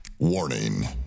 Warning